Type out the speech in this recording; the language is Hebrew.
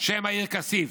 שם העיר כסיף.